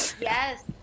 Yes